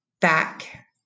back